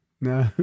No